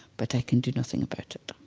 but i can do nothing about it